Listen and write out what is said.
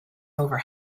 over